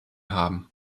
haben